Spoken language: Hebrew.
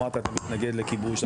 אמרת אתה מתנגד לכיבוש,